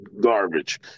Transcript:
garbage